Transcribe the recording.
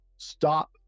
stop